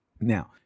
Now